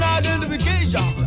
identification